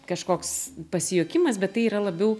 kažkoks pasijuokimas bet tai yra labiau